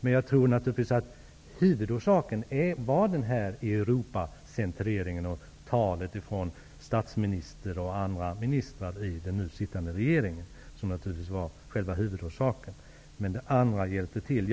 Enligt min mening var själva huvudorsaken Europacentreringen och det statsministern och andra ministrar i den nu sittande regeringen sade, men det andra hjälpte till.